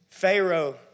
Pharaoh